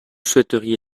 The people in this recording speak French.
souhaiteriez